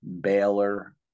Baylor